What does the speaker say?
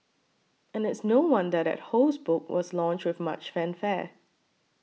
and it's no wonder that Ho's book was launched with much fanfare